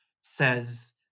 says